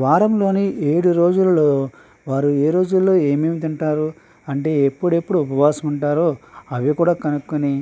వారంలోని ఏడు రోజులలో వారు ఏ రోజులలో ఏమేమి తింటారు అంటే ఎప్పుడు ఎప్పుడు ఉపవాసం ఉంటారో అవి కూడా కనుక్కొని